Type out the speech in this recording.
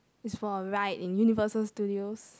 is for a ride in Universal-Studios